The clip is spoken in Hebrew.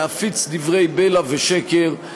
להפיץ דברי בלע ושקר,